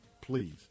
please